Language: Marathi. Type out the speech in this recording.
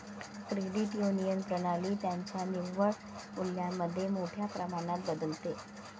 क्रेडिट युनियन प्रणाली त्यांच्या निव्वळ मूल्यामध्ये मोठ्या प्रमाणात बदलते